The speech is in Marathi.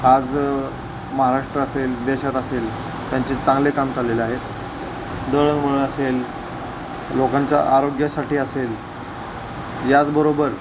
आज महाराष्ट्र असेल देशात असेल त्यांचे चांगले काम चाललेले आहेत दळणवळण असेल लोकांच्या आरोग्यासाठी असेल याचबरोबर